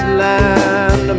land